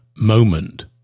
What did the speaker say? moment